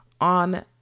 on